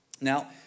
Now